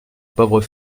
pauvre